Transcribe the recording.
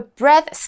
breath